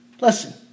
Listen